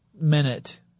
minute